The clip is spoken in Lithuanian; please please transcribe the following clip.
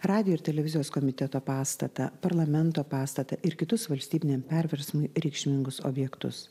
radijo ir televizijos komiteto pastatą parlamento pastatą ir kitus valstybiniam perversmui reikšmingus objektus